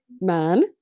man